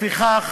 לפיכך